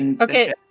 Okay